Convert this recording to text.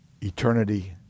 Eternity